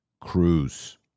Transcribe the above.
Cruz